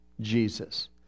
Jesus